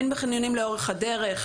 הן בחניונים לאורך הדרך,